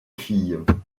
filles